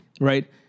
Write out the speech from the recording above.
right